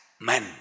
men